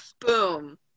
Boom